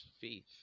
faith